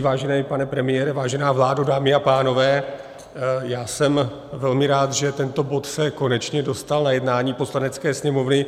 Vážený pane premiére, vážená vládo, dámy a pánové, já jsem velmi rád, že tento bod se konečně dostal na jednání Poslanecké sněmovny.